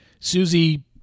Susie